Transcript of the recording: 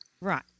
right